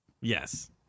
yes